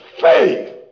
faith